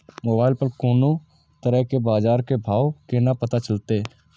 Mobile पर कोनो तरह के बाजार के भाव केना पता चलते?